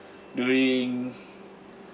during